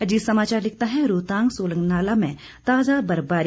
अजीत समाचार लिखता है रोहतांग शोलंगनाला में ताजा बर्फबारी